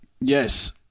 Yes